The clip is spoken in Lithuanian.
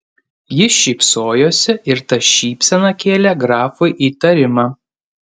ji šypsojosi ir ta šypsena kėlė grafui įtarimą